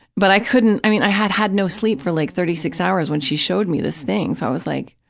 but i couldn't, i mean, i had had no sleep for like thirty six hours when she showed me this thing, so i was like,